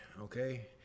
okay